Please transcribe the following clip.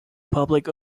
public